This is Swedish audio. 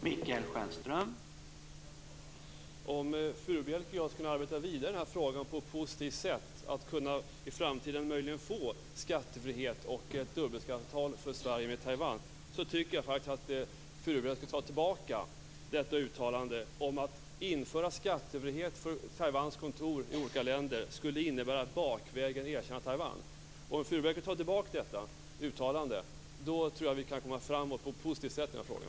Herr talman! Om Furubjelke och jag skall arbeta vidare i den här frågan på ett positivt sätt, alltså frågan om att i framtiden möjligen kunna få skattefrihet och ett dubbelbeskattningsavtal för Sverige med Taiwan, tycker jag faktiskt att hon skall ta tillbaka detta uttalande om att införande av skattefrihet för Taiwans kontor i olika länder skulle innebära att bakvägen erkänna Taiwan. Om Furubjelke tar tillbaka det uttalandet, tror jag att vi kan komma framåt på ett positivt sätt i den här frågan.